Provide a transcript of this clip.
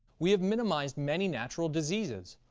we have minimized many natural diseases,